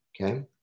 Okay